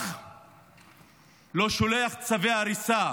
אח לא שולח צווי הריסה